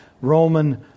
Roman